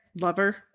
Lover